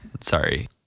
sorry